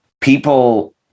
people